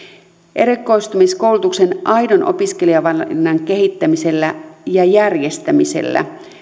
erikoistumiskoulutuksen aidon opiskelijavalinnan kehittämisellä ja järjestämisellä